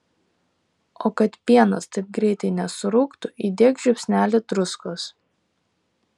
o kad pienas taip greitai nesurūgtų įdėk žiupsnelį druskos